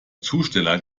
zusteller